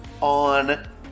on